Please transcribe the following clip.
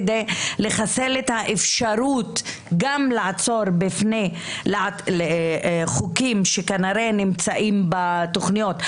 כדי לחסל את האפשרות גם לעצור בפני חוקים שכנראה נמצאים בתוכניות.